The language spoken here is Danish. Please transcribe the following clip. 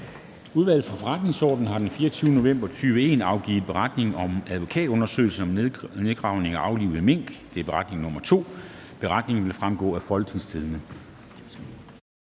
Udvalget for Forretningsordenen har den 24. november 2021 afgivet beretning om advokatundersøgelse om nedgravning af aflivede mink. (Beretning nr. 2). Beretningen vil fremgå af www.folketingstidende.dk.